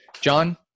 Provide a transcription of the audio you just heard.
John